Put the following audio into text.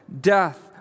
death